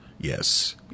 Yes